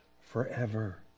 forever